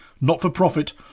not-for-profit